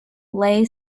lay